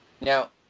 Now